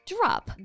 Drop